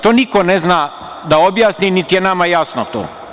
To niko ne zna da objasni niti je nama jasno to.